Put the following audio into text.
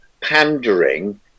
pandering